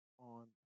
on